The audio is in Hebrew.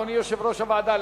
אדוני יושב-ראש הוועדה.